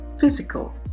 physical